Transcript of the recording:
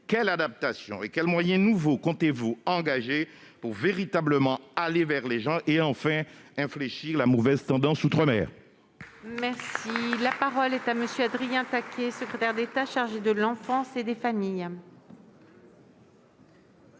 quelles adaptations et quels moyens nouveaux comptez-vous engager pour véritablement aller vers les gens et, enfin, infléchir la mauvaise tendance outre-mer ?